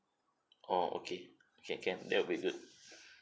oh okay can can that'll be good